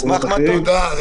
תודה, תודה.